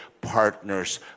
partners